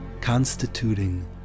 constituting